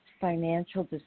financial